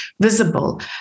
visible